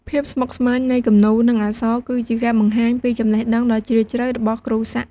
ភាពស្មុគស្មាញនៃគំនូរ និងអក្សរ គឺជាការបង្ហាញពីចំណេះដឹងដ៏ជ្រាលជ្រៅរបស់គ្រូសាក់។